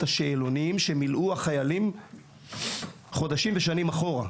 השאלונים שמילאו החיילים חודשים ושנים אחורה,